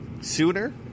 sooner